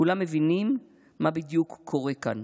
כולם מבינים מה בדיוק קורה כאן.